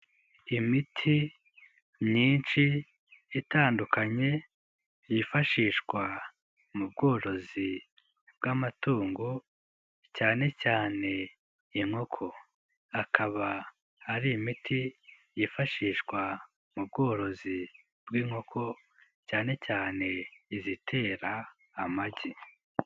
Imiti myinshi itandukanye, yifashishwa mu bworozi bw'amatungo, cyane cyane inkoko, akaba hari imiti yifashishwa mu bworozi bw'inkoko cyane cyane izitera amagi.